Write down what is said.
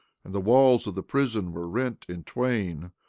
and the walls of the prison were rent in twain,